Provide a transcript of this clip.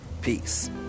peace